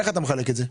איך אתה מחלק את זה?